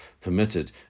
permitted